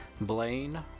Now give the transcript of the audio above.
Blaine